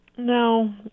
No